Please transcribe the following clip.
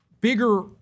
bigger